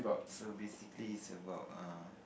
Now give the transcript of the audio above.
so basically it's about err